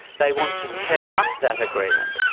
they want to tear up that agreement.